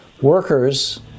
Workers